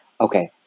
Okay